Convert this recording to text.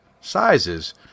sizes